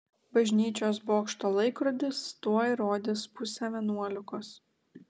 bažnyčios bokšto laikrodis tuoj rodys pusę vienuolikos